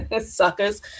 suckers